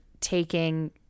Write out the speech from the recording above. taking